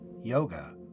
yoga